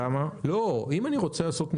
אם אני רוצה לעשות ניסוי,